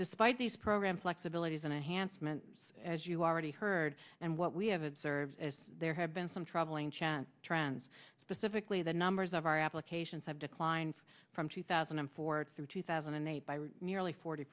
despite these programs flexibilities in a hansom and as you already heard and what we have observed as there have been some troubling chant trends specifically the numbers of our applications have declined from two thousand and four through two thousand and eight by nearly forty